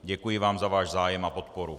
Děkuji vám za váš zájem a podporu.